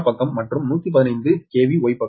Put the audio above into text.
Y பக்கம்